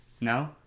No